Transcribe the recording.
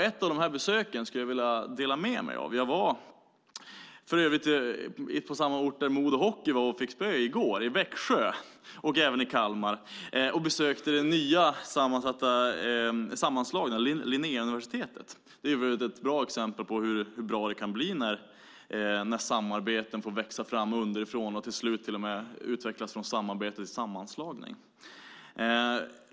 Ett av dessa besök skulle jag vilja dela med mig av. Jag var i Växjö - det är för övrigt samma ort som Modo Hockey var och fick spö i går - och Kalmar och besökte det nya, sammanslagna Linnéuniversitetet. Det är ett exempel på hur bra det kan bli när samarbeten får växa fram underifrån och till slut till och med utvecklas från samarbete till sammanslagning.